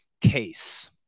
CASE